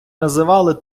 називали